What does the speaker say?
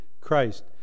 Christ